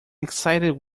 excited